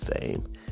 Fame